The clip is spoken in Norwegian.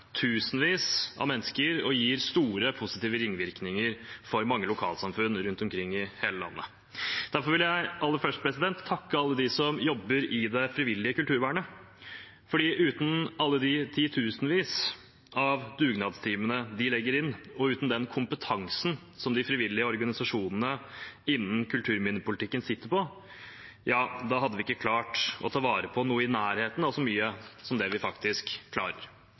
tusenvis av mennesker og gir store positive ringvirkninger for mange lokalsamfunn rundt omkring i hele landet. Derfor vil jeg aller først takke alle dem som jobber i det frivillige kulturvernet. Uten alle de titusenvis av dugnadstimer de nedlegger, og uten den kompetansen som de frivillige organisasjonene innenfor kulturminnepolitikken sitter på, hadde vi ikke klart å ta vare på noe i nærheten av så mye som det vi faktisk klarer.